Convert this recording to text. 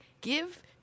give